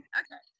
okay